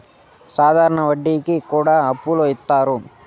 సాధారణ వడ్డీ కి కూడా అప్పులు ఇత్తారు